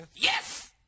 Yes